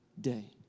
day